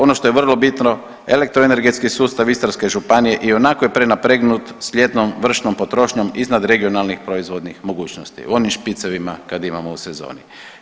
Ono što je vrlo bitno elektroenergetski sustav Istarske županije ionako je prenapregnut s ljetnom vršnom potrošnjom iznad regionalnih proizvodnih mogućnosti u onim špicevima kad imamo u sezoni.